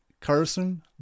carson